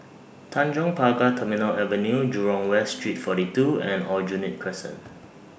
Tanjong Pagar Terminal Avenue Jurong West Street forty two and Aljunied Crescent